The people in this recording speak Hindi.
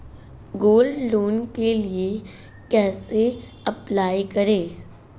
गोल्ड लोंन के लिए कैसे अप्लाई करें?